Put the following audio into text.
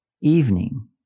Evening